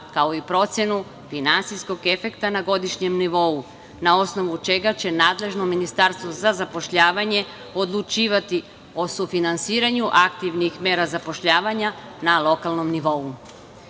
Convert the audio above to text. kao i procenu finansijskog efekta na godišnjem nivou na osnovu čega će nadležno Ministarstvo za zapošljavanje odlučivati o sufinansiranju aktivnih mera zapošljavanja na lokalnom nivou. Time